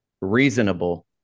reasonable